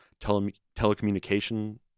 telecommunication